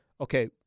okay